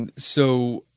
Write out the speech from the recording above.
and so,